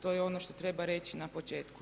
To je ono što treba reći na počeku.